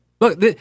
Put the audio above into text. look